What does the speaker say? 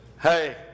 Hey